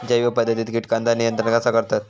जैव पध्दतीत किटकांचा नियंत्रण कसा करतत?